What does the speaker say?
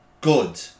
good